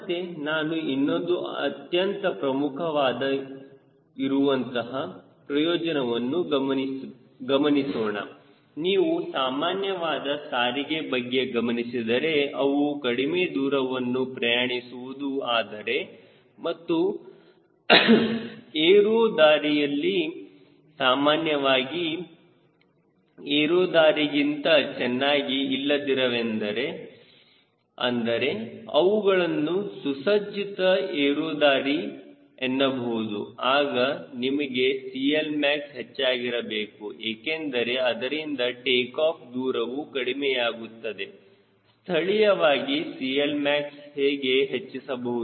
ಮತ್ತೆ ನಾವು ಇನ್ನೊಂದು ಅತ್ಯಂತ ಪ್ರಮುಖವಾಗಿ ಇರುವಂತಹ ಪ್ರಯೋಜನವನ್ನು ಗಮನಿಸೋಣ ನೀವು ಸಾಮಾನ್ಯವಾದ ಸಾರಿಗೆಯ ಬಗ್ಗೆ ಗಮನಿಸಿದರೆ ಅವು ಕಡಿಮೆ ದೂರವನ್ನು ಪ್ರಯಾಣಿಸುವುದು ಆದರೆ ಮತ್ತು ಏರುದಾರಿಯೂ ಸಾಮಾನ್ಯವಾದ ಏರುದಾರಿಗಿಂತ ಚೆನ್ನಾಗಿ ಇರಲಿಲ್ಲವೆಂದರೆ ಅಂದರೆ ಅವುಗಳನ್ನು ಸುಸಜ್ಜಿತ ಏರುದಾರಿ ಎನ್ನಬಹುದು ಆಗ ನಿಮಗೆ CLmax ಹೆಚ್ಚಾಗಿರಬೇಕು ಏಕೆಂದರೆ ಅದರಿಂದ ಟೇಕಾಫ್ ದೂರವು ಕಡಿಮೆಯಾಗುತ್ತದೆ ಸ್ಥಳೀಯವಾಗಿ CLmax ಹೇಗೆ ಹೆಚ್ಚಿಸಬಹುದು